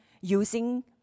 using